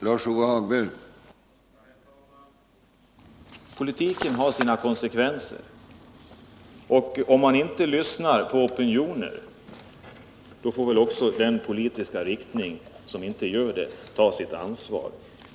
Herr talman! Politiken har sina konsekvenser, och den politiska riktning 13 november 1978 Som inte lyssnar på opinioner också ta sitt ansvar.